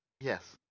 Yes